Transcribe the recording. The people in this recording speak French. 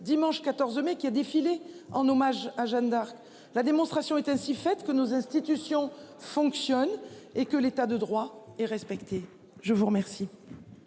dimanche 14 mai qui a défilé en hommage à Jeanne d'Arc, la démonstration est ainsi faite que nos institutions fonctionnent et que l'état de droit. Et respecté. Je vous remercie.